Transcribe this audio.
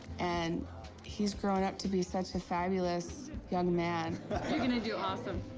and he's grown to be such a fabulous young man. you're gonna do awesome.